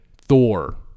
Thor